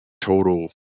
total